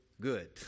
good